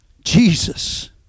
Jesus